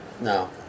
No